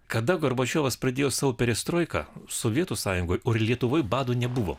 kada gorbačiovas pradėjo savo perestroiką sovietų sąjungoj o ir lietuvoj bado nebuvo